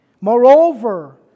Moreover